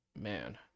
man